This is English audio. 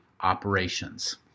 operations